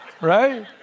Right